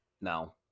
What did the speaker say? no